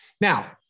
Now